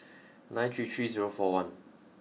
nine three three zero four one